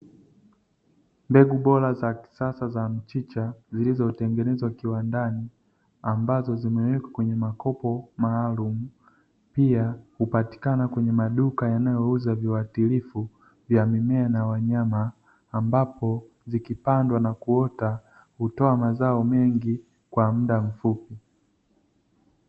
Mbegu bora za kisasa za mchicha, zilizotengenezwa kiwandani, ambazo zimewekwa kwenye makopo maalumu, pia hupatikana kwenye maduka yanayouza viuatilifu vya mimea na wanyama ambapo zikipandwa na kuota hutoa mazao mengi kwa muda mfupi.